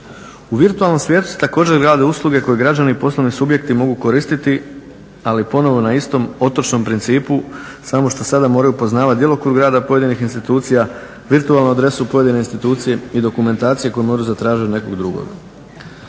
U virtualnom svijetu se također grade usluge koje građani i poslovni subjekti mogu koristiti, ali ponovo na istom otočnom principu, samo što sada moraju poznavati djelokrug grada pojedinih institucija, virtualnu adresu pojedine institucije i dokumentacije koje moraju zatražiti od nekog drugog.